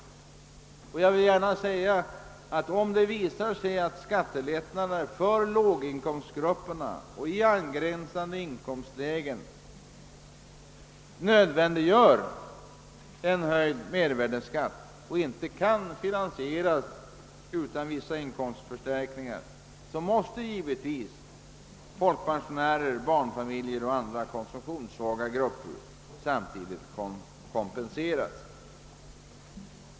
Visar det sig att skattelättnader för låginkomstgrupperna och människor i angränsande inkomstlägen inte kan finansieras utan vissa inkomstförstärkningar, utan nödvändiggör en höjd mervärdeskatt, måste givetvis folkpensionärer, barnfamiljer och andra konsumtionssvaga grupper samtidigt kompenseras.